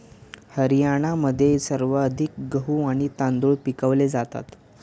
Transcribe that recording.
हरियाणामध्ये सर्वाधिक गहू आणि तांदूळ पिकवले जातात